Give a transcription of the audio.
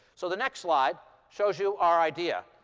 so the next slide shows you our idea.